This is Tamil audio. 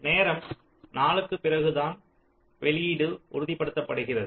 நேரம் 4 க்குப் பிறகுதான் வெளியீடு உறுதிப்படுத்தப்படுகிறது